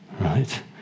Right